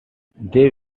they